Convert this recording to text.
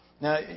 Now